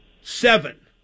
seven